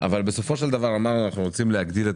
בסופו של דבר הממשלה אמרה שאנחנו רוצים להגדיל את